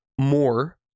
more